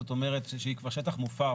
זאת אומרת שהיא כבר שטח מופר,